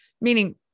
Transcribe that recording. meaning